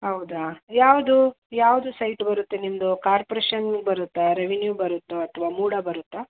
ಹೌದಾ ಯಾವುದು ಯಾವುದು ಸೈಟ್ ಬರುತ್ತೆ ನಿಮ್ಮದು ಕಾರ್ಪೊರೇಶನ್ಗೆ ಬರುತ್ತಾ ರೆವೆನ್ಯೂ ಬರುತ್ತಾ ಅಥವಾ ಮೂಡಾ ಬರುತ್ತಾ